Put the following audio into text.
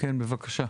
כן, בבקשה.